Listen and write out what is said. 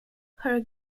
her